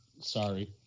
Sorry